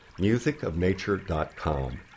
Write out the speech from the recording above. musicofnature.com